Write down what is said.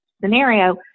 scenario